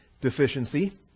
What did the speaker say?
deficiency